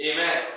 Amen